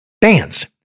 Bands